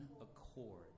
accord